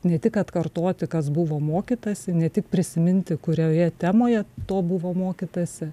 ne tik atkartoti kas buvo mokytasi ne tik prisiminti kurioje temoje to buvo mokytasi